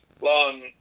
long